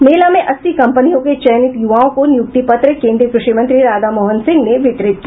मेला में अस्सी कम्पनियों के चयनित युवाओं को नियुक्ति पत्र केन्द्रीय कृषि मंत्री राधा मोहन सिंह ने वितरित किया